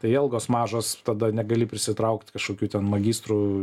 tai algos mažos tada negali prisitraukt kažkokių ten magistrų